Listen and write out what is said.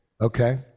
Okay